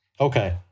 Okay